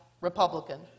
Republican